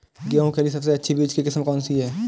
गेहूँ के लिए सबसे अच्छी बीज की किस्म कौनसी है?